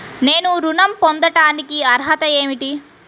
నేను ఋణం పొందటానికి అర్హత ఏమిటి?